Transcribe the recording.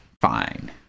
fine